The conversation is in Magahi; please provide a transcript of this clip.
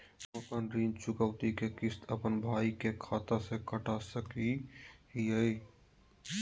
हम अपन ऋण चुकौती के किस्त, अपन भाई के खाता से कटा सकई हियई?